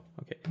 okay